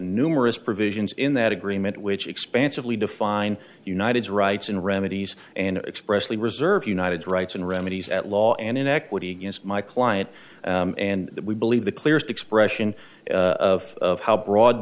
numerous provisions in that agreement which expansively define united's rights and remedies and expressly reserve united rights and remedies at law and in equity against my client and we believe the clearest expression of how broad